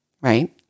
right